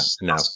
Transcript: no